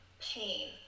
pain